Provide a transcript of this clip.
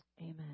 Amen